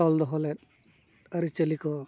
ᱛᱚᱞ ᱫᱚᱦᱚ ᱞᱮᱫ ᱟᱹᱨᱤᱪᱟᱹᱞᱤ ᱠᱚ